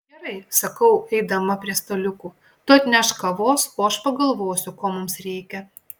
gerai sakau eidama prie staliukų tu atnešk kavos o aš pagalvosiu ko mums reikia